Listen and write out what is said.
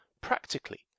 practically